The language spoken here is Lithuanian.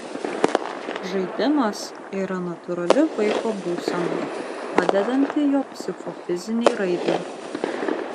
žaidimas yra natūrali vaiko būsena padedanti jo psichofizinei raidai